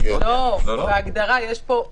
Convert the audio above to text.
לא, בהגדרה זה לא אותו מנהל.